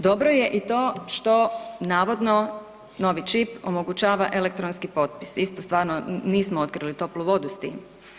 Dobro je i to što navodno novi čip omogućava elektronski potpis, isto stvarno nismo otkrili toplu vodu s tim.